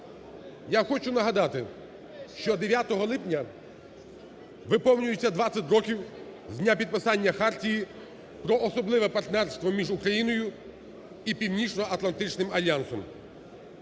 Я хочу нагадати, що 9 липня виповнюється 20 років з дня підписання хартії про особливе партнерство між Україною і Північноатлантичним альянсом.